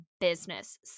business